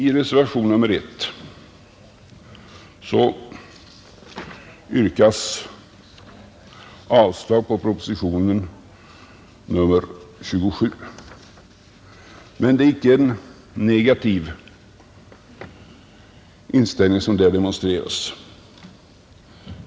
I reservationen 1 yrkas avslag på propositionen nr 27. Men det är icke en negativ inställning som där demonstreras.